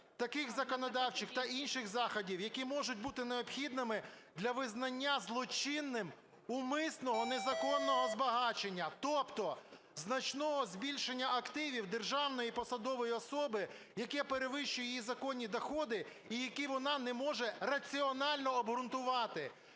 таких законодавчих та інших заходів, які можуть бути необхідними для визначення злочинним умисного незаконного збагачення, тобто значного збільшення активів державної і посадової особи, яке перевищує її законні доходи, і які вона не може раціонально обґрунтувати".